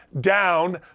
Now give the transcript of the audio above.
down